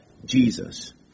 Jesus